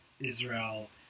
Israel